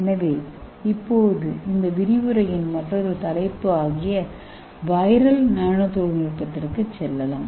எனவே இப்போது இந்த விரிவுரையின் மற்றொரு தலைப்பு ஆகிய வைரல் நானோ தொழில்நுட்பத்திற்கு செல்லலாம்